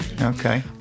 Okay